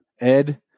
Ed